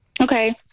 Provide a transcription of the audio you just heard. Okay